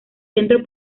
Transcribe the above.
centro